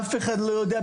אף אחד לא יודע,